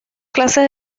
clases